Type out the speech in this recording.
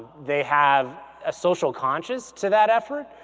they have a social conscious to that effort.